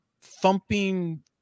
thumping